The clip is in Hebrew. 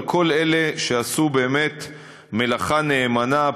לכל אלה שעשו מלאכה נאמנה,